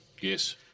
Yes